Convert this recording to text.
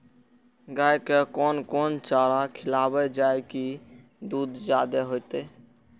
गाय के कोन कोन चारा खिलाबे जा की दूध जादे होते?